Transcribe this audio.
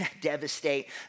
devastate